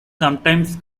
sometimes